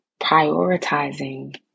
prioritizing